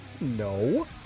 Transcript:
No